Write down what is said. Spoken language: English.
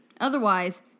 Otherwise